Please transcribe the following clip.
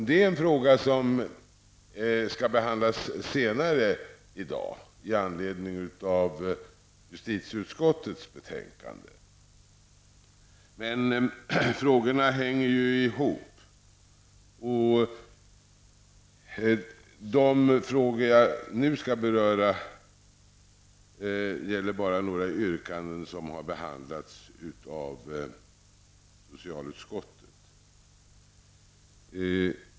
Det här skall behandlas senare i dag i den debatt som är föranledd av ett betänkande från justitieutskottet. Men de här frågorna hänger ihop. Vad jag nu skall beröra är bara några yrkanden som har behandlats av socialutskottet.